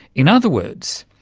in other words,